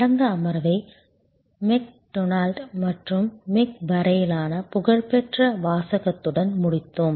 கடந்த அமர்வை மெக்டொனால்டு முதல் மெக் வரையிலான புகழ்பெற்ற வாசகத்துடன் முடித்தோம்